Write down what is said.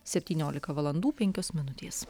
septyniolika valandų penkios minutės